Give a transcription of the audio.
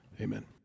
amen